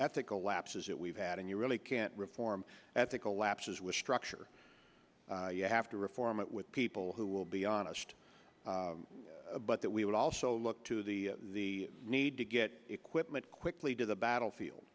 ethical lapses that we've had and you really can't reform at the collapses with structure you have to reform it with people who will be honest but that we would also look to the the need to get equipment quickly to the battlefield